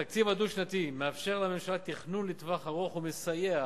התקציב הדו-שנתי מאפשר לממשלה תכנון לטווח ארוך ומסייע